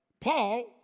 Paul